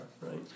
right